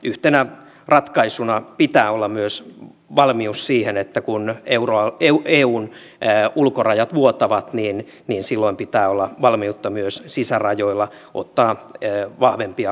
yhtenä ratkaisuna pitää olla myös valmius siihen että kun eun ulkorajat vuotavat pitää olla valmiutta myös sisärajoilla ottaa vahvempia rajatarkastuksiakin käyttöön